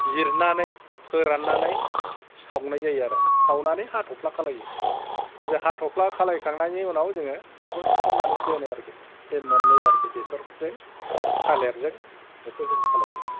जिरनानै फोराननानै सावनाय जायो आरो सावनानै हाथ्फ्ला खालामो आरो हाथ्फ्ला खालामखांनायनि उनाव जोङो बेखौ सिथमनानै दोनो आरखि बे मोननै आरखि बेसरजों थालिरजों बेखौ जों खालायो